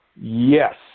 Yes